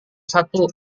satu